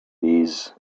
days